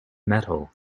metal